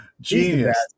Genius